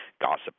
gossip